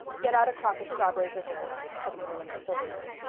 get out a crock of strawberry preserves, said marilla consolingly.